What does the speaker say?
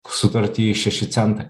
sutartį šeši centai